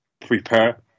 prepare